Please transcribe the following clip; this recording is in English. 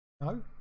No